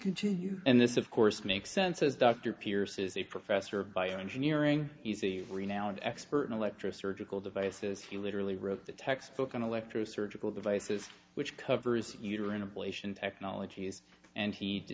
continue and this of course makes sense as dr pierce is a professor of bioengineering he's a renowned expert in electro surgical devices he literally wrote the textbook on electro surgical devices which covers uterine ablation technologies and he